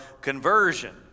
conversion